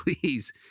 please